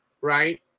right